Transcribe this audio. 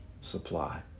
supply